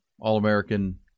All-American